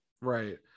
Right